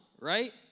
right